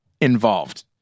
involved